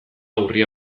urria